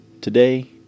Today